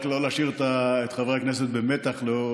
רק כדי לא להשאיר את חברי הכנסת במתח לנוכח